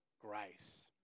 grace